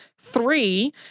Three